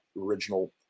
original